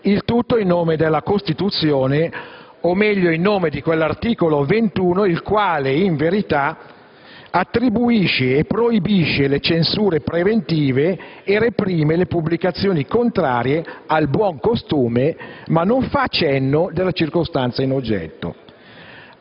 il tutto in nome della Costituzione, o meglio di quell'articolo 21 il quale in verità attribuisce e proibisce le censure preventive e reprime le pubblicazioni contrarie al buon costume, ma non fa cenno della circostanza in oggetto.